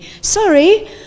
Sorry